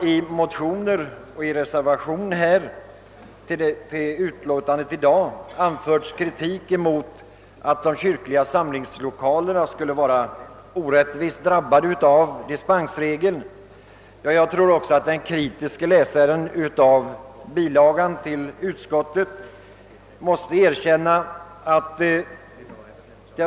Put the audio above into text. I motioner och i en reservation till det utlåtande vi nu behandlar uttalas den kritiken, att de kyrkliga samlingslokalerna skulle ha drabbats orättvist av dispensregeln. Jag tror att den kritiske läsaren av den bilaga jag nyss talade om måste erkänna att så inte är fallet.